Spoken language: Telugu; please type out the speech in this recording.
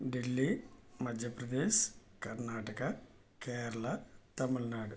ఢిల్లీ మధ్యప్రదేశ్ కర్ణాటక కేరళ తమిళనాడు